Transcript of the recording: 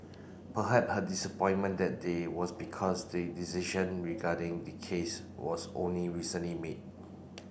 her disappointment that day was because the decision regarding the case was only recently made